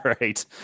right